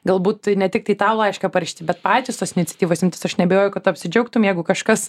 galbūt ne tiktai tau laišką parašyti bet patys tos iniciatyvos imtis aš neabejoju kad tu apsidžiaugtum jeigu kažkas